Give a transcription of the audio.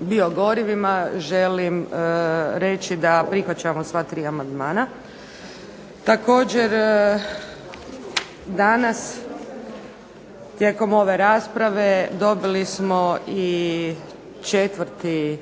biogorivima želim reći da prihvaćamo sva tri amandmana. Također danas tijekom ove rasprave dobili smo i četvrti